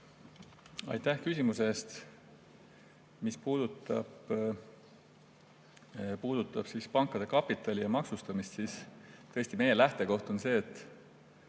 Aitäh küsimuse eest! Mis puudutab pankade kapitali ja maksustamist, siis tõesti, meie lähtekoht on see, et